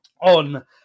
on